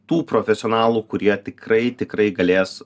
tų profesionalų kurie tikrai tikrai galės